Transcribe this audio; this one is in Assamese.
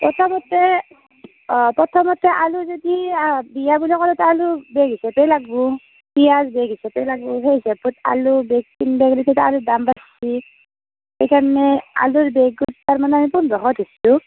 প্ৰথমতে প্ৰথমতে আলু যদি বিয়া বুলি ক'লেটো আলু বেগ হিচাপেই লাগব' পিয়াঁজ বেগ হিচাপেই লাগব' সেই হিচাপত আলু বেগ কিনবা গ'লেতো আলু দাম বাঢ়ছি সেই কাৰণে আলুৰ বেগত তাৰমানে আমি পোন্ধৰশ ধৰছু